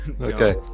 okay